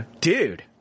dude